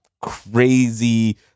crazy